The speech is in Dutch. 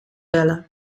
bellen